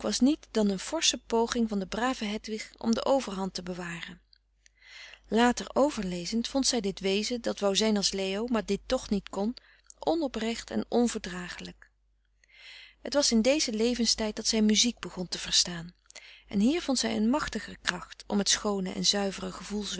niet dan een forsche poging van de brave hedwig om de overhand te bewaren later overlezend vond zij dit wezen dat wou zijn als leo maar dit toch niet kon onoprecht en onverdragelijk het was in dezen levenstijd dat zij muziek begon te verstaan en hier vond zij een machtiger kracht om het schoone en zuivere gevoelswezen